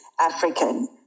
African